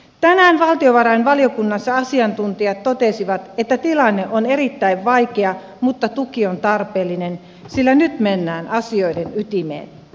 tänään valtiovarainvaliokunnassa asiantuntijat totesivat että tilanne on erittäin vaikea mutta tuki on tarpeellinen sillä nyt mennään asioiden ytimeen